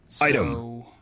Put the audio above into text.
Item